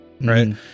Right